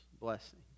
blessing